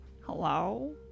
Hello